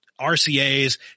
RCAs